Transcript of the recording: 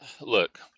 look